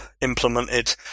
implemented